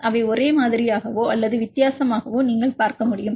அவை ஒரே மாதிரியாகவோ அல்லது வித்தியாசமாகவோ நீங்கள் பார்க்க முடியும்